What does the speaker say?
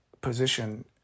position